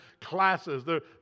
classes